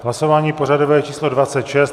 Hlasování pořadové číslo 26.